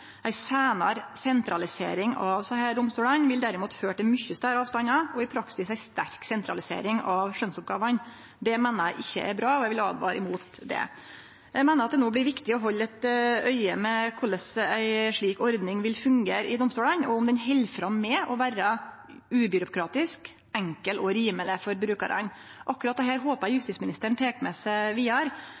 Ei seinare sentralisering av desse domstolane vil derimot føre til mykje større avstandar og i praksis ei sterk sentralisering av skjønnsoppgåvene. Det meiner eg ikkje er bra, og eg vil åtvare mot det. Eg meiner at det no blir viktig å halde eit auge med korleis ei slik ordning vil fungere i domstolane, og om ho held fram med å vere ubyråkratisk, enkel og rimeleg for brukarane. Akkurat dette håpar eg justisministeren tek med seg vidare.